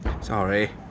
Sorry